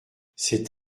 c’est